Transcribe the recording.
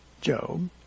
Job